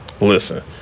listen